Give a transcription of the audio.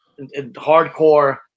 hardcore